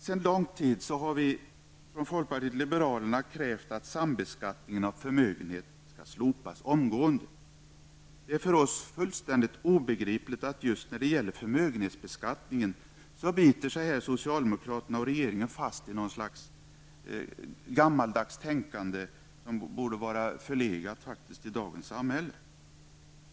Sedan lång tid har vi i folkpartiet liberalerna krävt att sambeskattningen av förmögenhet skall slopas omgående. Det är fullständigt obegripligt för oss att just när det gäller förmögenhetsskatten så biter sig socialdemokraterna och regeringen fast i något slags gammaldags tänkande, som faktiskt borde vara förlegat i dagens samhälle.